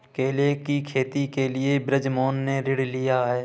केले की खेती के लिए बृजमोहन ने ऋण लिया है